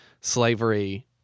slavery